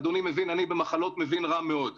אני במחלות מבין רע מאוד.